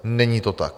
Není to tak.